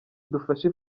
idufashe